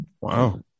Wow